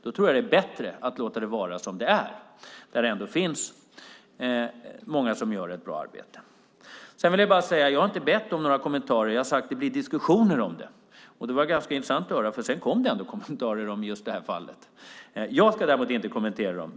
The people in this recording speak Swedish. Då är det bättre att låta det vara som det är. Det finns ändå många som gör ett bra arbete. Jag har inte bett om några kommentarer, jag har sagt att det blir diskussioner om det. Det var ganska intressant att det ändå kom kommentarer om just det här fallet. Jag ska däremot inte kommentera dem.